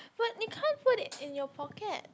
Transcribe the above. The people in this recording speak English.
but you can't put it in your pocket